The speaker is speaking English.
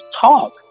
talk